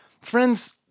Friends